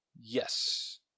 Yes